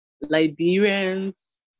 Liberians